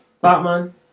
Batman